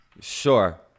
sure